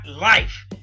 life